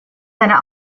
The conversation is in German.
seiner